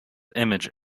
image